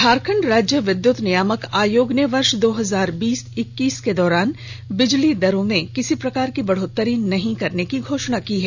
झारखंड राज्य विद्युत नियामक आयोग ने वर्ष दो हजार बीस इक्कीस के दौरान बिजली दरों में किसी प्रकार की बढ़ोतरी नहीं करने की घोषणा की है